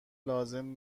لازم